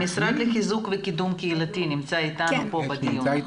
המשרד לחיזוק וקידום קהילתי נמצא איתנו פה בדיון.